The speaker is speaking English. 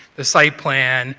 the site plan,